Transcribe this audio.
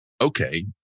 Okay